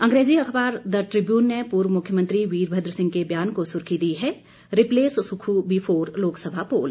अंग्रेजी अखबार the Tribune ने पूर्व मुख्यमंत्री वीरभद्र सिंह के बयान को सुर्खी दी है रिपलेस सुक्खू बीफोर लोकसभा पोल